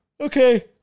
Okay